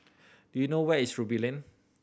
do you know where is Ruby Lane